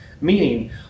Meaning